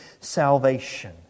salvation